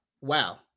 Wow